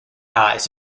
eyes